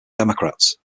democrats